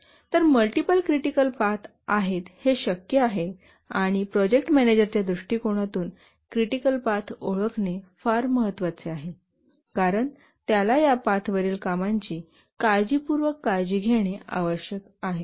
तर multiple critical path आहेत हे शक्य आहे आणि प्रोजेक्ट मॅनेजरच्या दृष्टीकोनातून क्रिटिकल पाथ ओळखणे फार महत्वाचे आहे कारण त्याला या पाथवरील कामांची काळजीपूर्वक काळजी घेणे आवश्यक आहे